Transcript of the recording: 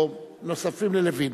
או נוספים ללוין.